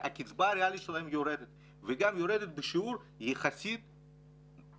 הקצבה הריאלית שלהם יורדת וגם יורדת בשיעור יחסית סביר.